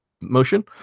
motion